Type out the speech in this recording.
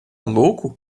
louco